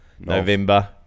November